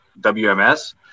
WMS